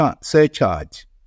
surcharge